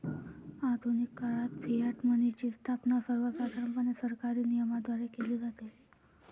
आधुनिक काळात फियाट मनीची स्थापना सर्वसाधारणपणे सरकारी नियमनाद्वारे केली जाते